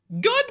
Good